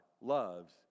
loves